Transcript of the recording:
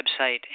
website